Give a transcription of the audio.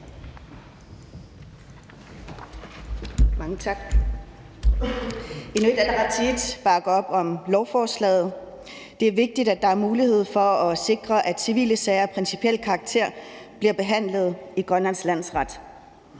Mange tak. Inuit Ataqatigiit bakker op om lovforslaget. Det er vigtigt, at der er en mulighed for at sikre, at civile sager af principiel karakter bliver behandlet i Grønlands landsret,